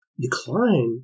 decline